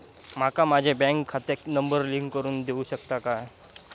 माका माझ्या बँक खात्याक नंबर लिंक करून देऊ शकता काय?